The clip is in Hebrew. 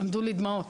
עמדו לי דמעות,